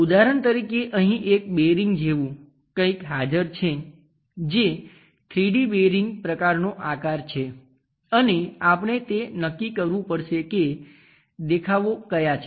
ઉદાહરણ તરીકે અહીં એક બેરિંગ જેવું કઈક હાજર છે જે 3D બેરિંગ પ્રકારનો આકાર છે અને આપણે તે નક્કી કરવું પડશે કે દેખાવો ક્યાં છે